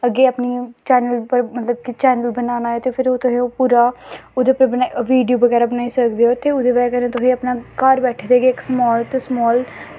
अग्गें अपनी चैनल मतलब कि चैनल बनाना ते फिर ओह् तुसें पूरा ओह्दे उप्पर बना वीडियो बगैरा बनाई सकदे ओ ते ओह्दी बजह् कन्नै तुसें अपना घर बैठे दे गै इक स्माल तू स्माल